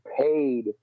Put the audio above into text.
paid